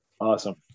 Awesome